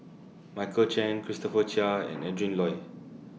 Michael Chiang Christopher Chia and Adrin Loi